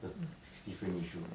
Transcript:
the sixty frame issue